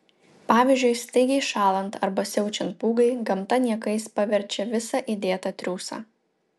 pavyzdžiui staigiai šąlant arba siaučiant pūgai gamta niekais paverčia visą įdėtą triūsą